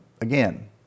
Again